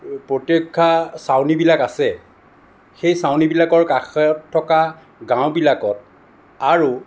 প্ৰতিৰক্ষা চাউনীবিলাক আছে সেই চাউনীবিলাকৰ কাষত থকা গাঁওবিলাকত আৰু